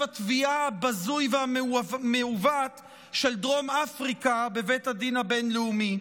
התביעה הבזוי והמעוות של דרום אפריקה בבית הדין הבין-לאומי.